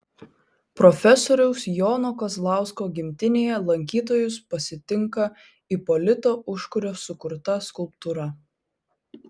profesoriaus jono kazlausko gimtinėje lankytojus pasitinka ipolito užkurio sukurta skulptūra